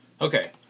Okay